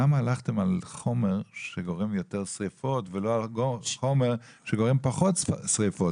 למה הלכתם על חומר שגורם יותר שריפות ולא על חומר שגורם פחות שריפות?